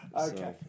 Okay